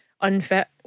unfit